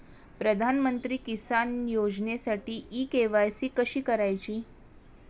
प्रधानमंत्री किसान योजनेसाठी इ के.वाय.सी कशी करायची?